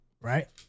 Right